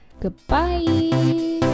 Goodbye